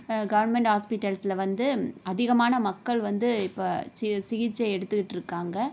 government ஹாஸ்பிட்டல்ஸில் வந்து அதிகமான மக்கள் வந்து இப்போ சி சிகிச்சை எடுத்துக்கிட்டு இருக்காங்க